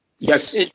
Yes